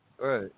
Right